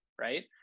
Right